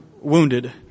wounded